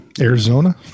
Arizona